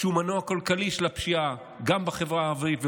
שהוא מנוע כלכלי של הפשיעה גם בחברה הערבית,